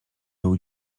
był